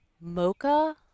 mocha